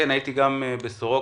הייתי גם בסורוקה,